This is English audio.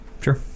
sure